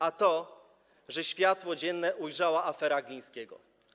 A to, że światło dzienne ujrzała afera Glińskiego.